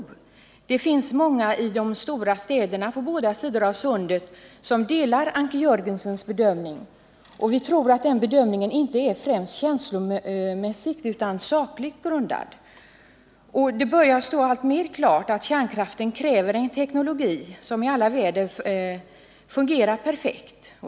Det finns många i de stora städerna på båda sidor av sundet som delar Anker Jörgensens bedömning, och vi tror att den bedömningen inte är främst känslomässigt utan sakligt grundad. Det börjar stå alltmer klart att kärnkraften kräver en teknologi som i alla väder fungerar perfekt.